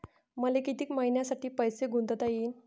मले कितीक मईन्यासाठी पैसे गुंतवता येईन?